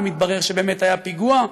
ומתברר שבאמת היה פיגוע,